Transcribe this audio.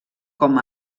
com